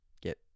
get